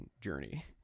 journey